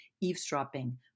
eavesdropping